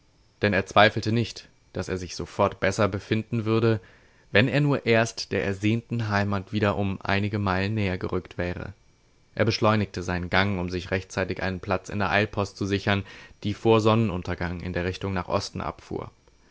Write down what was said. denn er zweifelte nicht daß er sich sofort besser befinden würde wenn er nur erst der ersehnten heimat wieder um einige meilen näher gerückt wäre er beschleunigte seinen gang um sich rechtzeitig einen platz in der eilpost zu sichern die vor sonnenuntergang in der richtung nach osten abfuhr